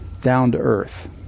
down-to-earth